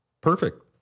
perfect